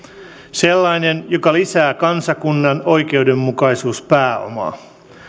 sellainen joka lisää kansakunnan oikeudenmukaisuuspääomaa